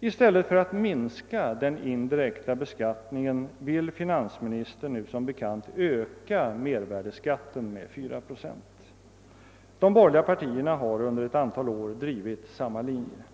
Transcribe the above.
I stället för att minska den indirekta beskattningen vill finansministern öka mervärdeskatten med 4 procent. De borgerliga partierna har som bekant under ett antal år drivit samma linje.